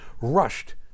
Rushed